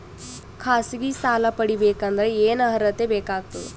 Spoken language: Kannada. ಖಾಸಗಿ ಸಾಲ ಪಡಿಬೇಕಂದರ ಏನ್ ಅರ್ಹತಿ ಬೇಕಾಗತದ?